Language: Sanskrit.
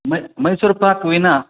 मै मैसूर् पाक् विना